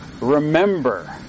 remember